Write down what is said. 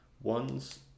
one's